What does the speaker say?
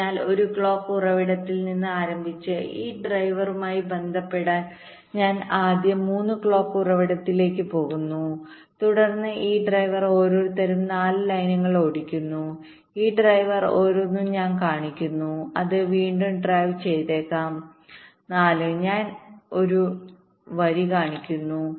അതിനാൽ ഒരു ക്ലോക്ക് ഉറവിടത്തിൽ നിന്ന് ആരംഭിച്ച് ഈ ഡ്രൈവറുമായി ബന്ധപ്പെട്ട് ഞാൻ ആദ്യം 3 ക്ലോക്ക് ഉറവിടത്തിലേക്ക് പോകുന്നു തുടർന്ന് ഈ ഡ്രൈവർ ഓരോരുത്തരും 4 ലൈനുകൾ ഓടിക്കുന്നു ഈ ഡ്രൈവർ ഓരോന്നും ഞാൻ കാണിക്കുന്നു അത് വീണ്ടും ഡ്രൈവ് ചെയ്തേക്കാം 4 ഞാൻ ഞാൻ ഒരു വരി കാണിക്കുന്നു